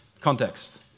context